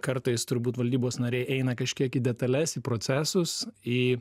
kartais turbūt valdybos nariai eina kažkiek į detales į procesus į